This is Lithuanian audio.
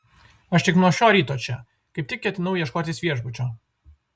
aš tik nuo šio ryto čia kaip tik ketinau ieškotis viešbučio